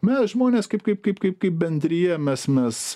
mes žmonės kaip kaip kaip kaip kaip bendrija mes mes